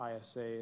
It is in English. ISA